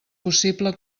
possible